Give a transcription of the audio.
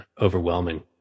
overwhelming